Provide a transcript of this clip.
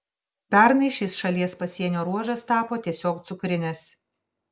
pernai šis šalies pasienio ruožas tapo tiesiog cukrinis